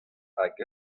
hag